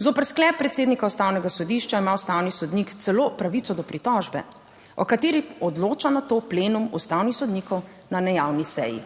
Zoper sklep predsednika Ustavnega sodišča ima ustavni sodnik celo pravico do pritožbe, o kateri odloča nato plenum ustavnih sodnikov na nejavni seji.